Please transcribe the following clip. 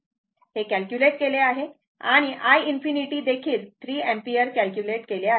हे कॅल्क्युलेट केले आहे आणि i ∞ देखील 3 अँपिअर कॅल्क्युलेट केले आहे